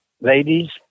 ladies